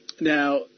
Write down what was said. Now